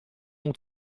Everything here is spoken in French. ont